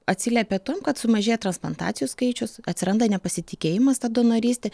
atsiliepia tuom kad sumažėja transplantacijų skaičius atsiranda nepasitikėjimas ta donoryste